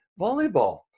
volleyball